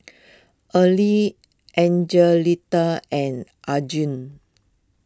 early Angelita and Arjun